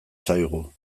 zaigu